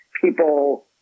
people